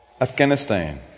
Afghanistan